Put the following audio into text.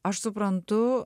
aš suprantu